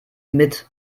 mit